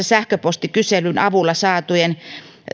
sähköpostikyselyn avulla saatuja